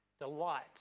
Delight